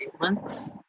months